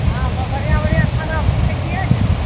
हाँ बढ़िआँ बढ़िआँ खाना बनबै छिए ने